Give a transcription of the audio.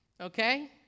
okay